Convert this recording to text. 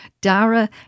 Dara